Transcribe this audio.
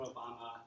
Obama